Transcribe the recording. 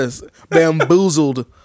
Bamboozled